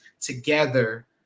together